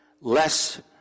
less